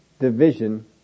division